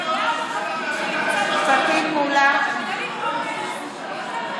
פטין מולא,